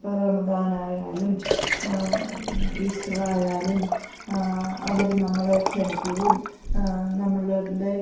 ഇപ്പം റമദാനായാലും ഈസ്റ്ററായാലും അവർ നമ്മളെ ക്ഷണിക്കുകയും നമ്മളുടെ